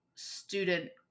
student